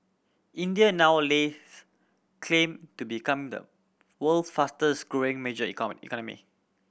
India now lays claim to become the world's fastest growing major economy